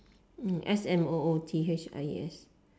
mm S M O O T H I E S